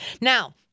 Now